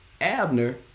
Abner